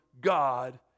God